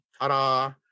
ta-da